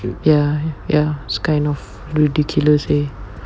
ya ya it's kind of ridiculous eh